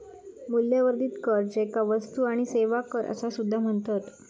मूल्यवर्धित कर, ज्याका वस्तू आणि सेवा कर असा सुद्धा म्हणतत